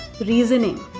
reasoning